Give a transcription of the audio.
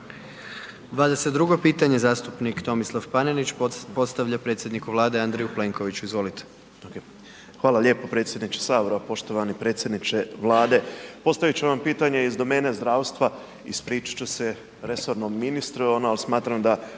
(HDZ)** 22-go pitanje zastupnik Tomislav Paninić postavlja predsjedniku Vlade Andreju Plenkoviću, izvolite. **Panenić, Tomislav (Nezavisni)** Hvala lijepo predsjedniče HS. Poštovani predsjedniče Vlade postavit ću vam pitanje iz domene zdravstva, ispričat ću se resornom ministru, smatram da